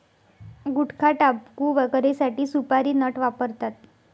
गुटखाटाबकू वगैरेसाठी सुपारी नट वापरतात